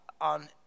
on